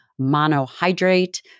monohydrate